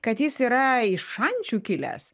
kad jis yra iš šančių kilęs